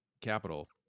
capital